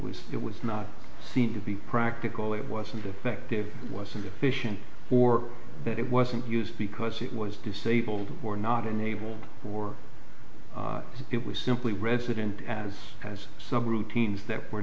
was it was not seen to be practical it wasn't effective was insufficient for that it wasn't used because it was disabled or not enabled for it was simply resident as has sub routines that were